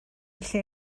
lle